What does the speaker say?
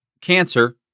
cancer